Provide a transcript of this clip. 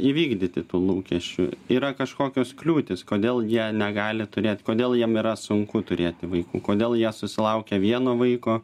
įvykdyti tų lūkesčių yra kažkokios kliūtys kodėl jie negali turėt kodėl jiem yra sunku turėti vaikų kodėl jie susilaukia vieno vaiko